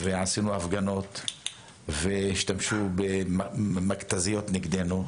והשתמשו במכתזיות נגדנו.